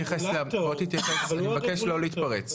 אני מבקש לא להתפרץ.